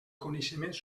coneixements